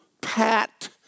pat